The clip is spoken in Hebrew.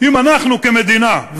אם אנחנו כמדינה,